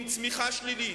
עם צמיחה שלילית,